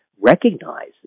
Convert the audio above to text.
recognize